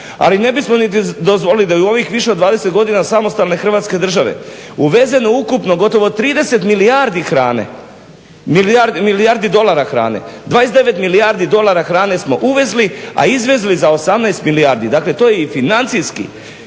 Ali ne bismo niti dozvolili da u ovih više od 20 godina samostalne Hrvatske države uvezeno ukupno gotovo 30 milijardi hrane, milijardi dolara hrane. 29 milijardi dolara hrane smo uvezli, a izvezli za 18 milijardi. Dakle, to je i financijski